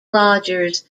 rodgers